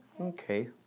Okay